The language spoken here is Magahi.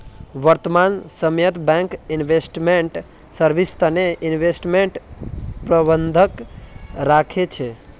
वर्तमान समयत बैंक इन्वेस्टमेंट सर्विस तने इन्वेस्टमेंट प्रबंधक राखे छे